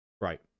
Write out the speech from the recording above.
Right